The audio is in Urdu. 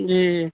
جی